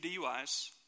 DUIs